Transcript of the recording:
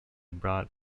brought